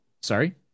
Sorry